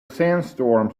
sandstorm